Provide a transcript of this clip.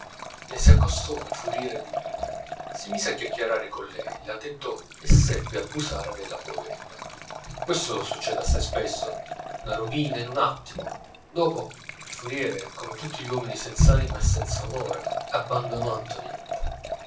le si accostò un furiere di linea si mise a chiacchierare con lei la tentò e seppe abusare della poverina questo succede assai spesso una rovina in un attimo dopo il furiere come tutti gli uomini senz'anima e senza onore abbandonò antonietta